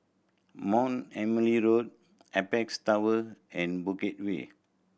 Mount Emily Road Apex Tower and Bukit Way